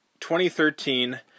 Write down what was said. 2013